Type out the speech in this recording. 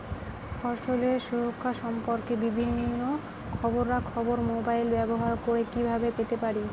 ফসলের সুরক্ষা সম্পর্কে বিভিন্ন খবরা খবর মোবাইল ব্যবহার করে কিভাবে পেতে পারি?